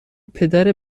پدر